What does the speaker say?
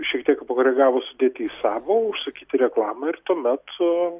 šiek tiek pakoregavus sudėti į savo užsakyti reklamą ir tuomet tu